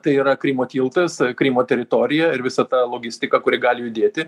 tai yra krymo tiltas krymo teritorija ir visa ta logistika kuri gali judėti